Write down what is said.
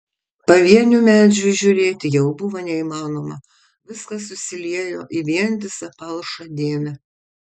pavienių medžių įžiūrėti jau buvo neįmanoma viskas susiliejo į vientisą palšą dėmę